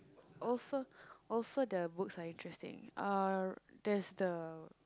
also also the books are interesting uh there's the